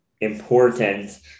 important